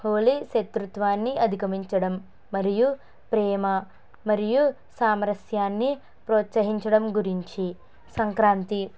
హోలీ శత్రుత్వాన్ని అధిగమించడం మరియు ప్రేమ మరియు సామరస్యాన్ని ప్రోత్సహించడం గురించి సంక్రాంతి